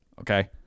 okay